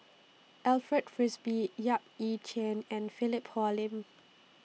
Alfred Frisby Yap Ee Chian and Philip Hoalim